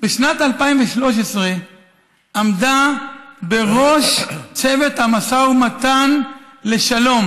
בשנת 2013 עמדה בראש צוות המשא ומתן לשלום